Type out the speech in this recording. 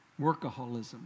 Workaholism